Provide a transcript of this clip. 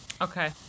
Okay